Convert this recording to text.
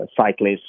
cyclists